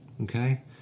Okay